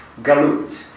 Galut